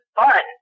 fun